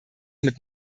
mit